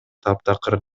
таптакыр